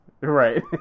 Right